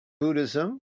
Buddhism